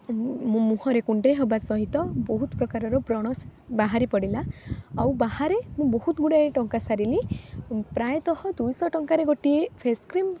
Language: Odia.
ମୁଁ ମୋ ମୁହଁରେ କୁଣ୍ଡେଇ ହେବା ସହିତ ବହୁତ ପ୍ରକାରର ବ୍ରଣ ବାହାରି ପଡ଼ିଲା ଆଉ ବାହାରେ ମୁଁ ବହୁତ ଗୁଡ଼ାଏ ଟଙ୍କା ସାରିଲି ପ୍ରାୟତଃ ଦୁଇଶହ ଟଙ୍କାରେ ଗୋଟିଏ ଫେସ୍ କ୍ରିମ୍